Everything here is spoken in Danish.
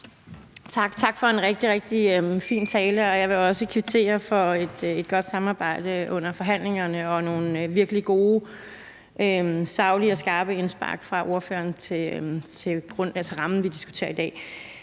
Tak for en rigtig, rigtig fin tale. Jeg vil også kvittere for et godt samarbejde under forhandlingerne og nogle virkelig gode saglige og skarpe indspark fra ordføreren om rammen, vi diskuterer i dag.